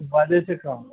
बाजय छै कहाँ